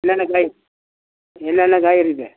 என்னென்ன காய் என்னென்ன காய் இருக்குது